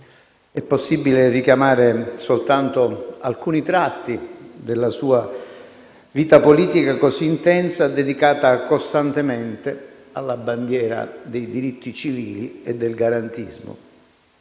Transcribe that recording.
È possibile richiamare soltanto alcuni tratti della sua vita politica così intensa, dedicata costantemente alla bandiera dei diritti civili e del garantismo.